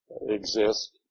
exist